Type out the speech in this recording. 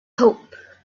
hope